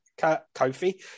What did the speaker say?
Kofi